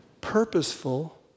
purposeful